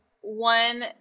one